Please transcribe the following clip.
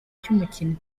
cy’umukinnyi